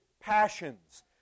passions